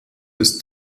ist